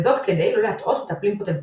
וזאת כדי לא להטעות מטופלים פוטנציאליים.